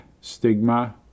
stigma